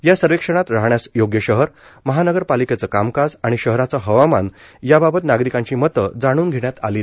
या सर्वेक्षणात राहण्यास योग्य शहर महानगरपालिकेचे कामकाज आणि शहराचे हवामान याबाबत नागरिकांची मत जाणून घेण्यात आलीत